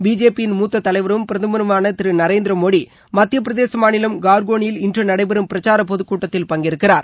பிஜேபியின் மூத்த தலைவரும் பிரதமருமான திரு நரேந்திர மோடி மத்திய பிரதேச மாநிலம் கார்கோனில் இன்று நடைபெறும் பிரச்சார பொதுக் கூட்டத்தில் பங்கேற்கிறார்